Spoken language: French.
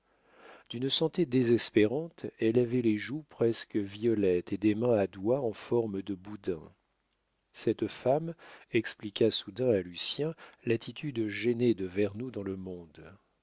d'une santé désespérante elle avait les joues presque violettes et des mains à doigts en forme de boudins cette femme expliqua soudain à lucien l'attitude gênée de vernou dans le monde